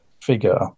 figure